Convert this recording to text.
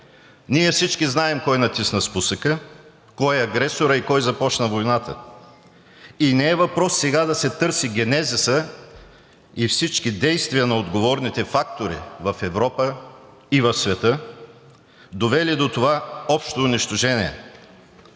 Ние всички знаем кой натисна спусъка, кой е агресорът и кой започна войната. Не е въпросът сега да се търси генезисът на всички действия на отговорните фактори в Европа и в света, довели до това общо унищожение,